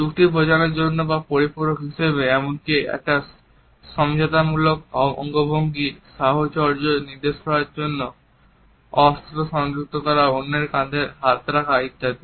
চুক্তি বোঝানোর জন্য বা পরিপূরক হিসাবে এমনকি একটি সমঝোতামূলক অঙ্গভঙ্গি সাহচর্য নির্দেশ করার জন্য অস্ত্র সংযুক্ত করা অন্যের কাঁধের উপর হাত রাখা ইত্যাদি